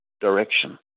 direction